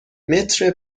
متر